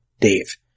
Dave